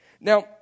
Now